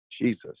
Jesus